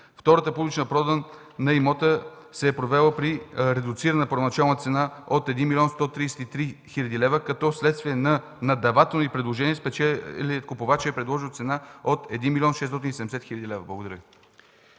Втората публична продан на имота се е провела при редуцирана първоначална цена от 1 млн. 133 хил. лв., като следствие на наддавателни предложения, спечелилият купувач е предложил цена от 1 млн. 670 хил. лв. Благодаря.